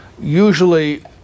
Usually